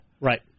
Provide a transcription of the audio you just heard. Right